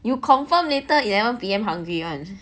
you confirm later eleven P_M hungry [one]